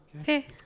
Okay